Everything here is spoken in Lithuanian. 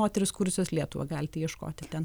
moterys kūrusios lietuvą galite ieškoti ten